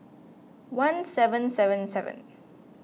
one seven seven seven